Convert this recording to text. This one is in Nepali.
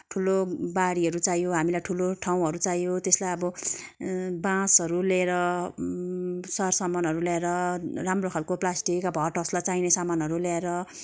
ठुलो बारीहरू चाहियो हामीलाई ठुलो ठाउँहरू चाहियो त्यसलाई अब बाँसहरू लिएर सर सामानहरू ल्याएर राम्रो खालको प्लास्टिक अब हट हाउसलाई चाहिने सामानहरू ल्याएर